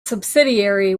subsidiary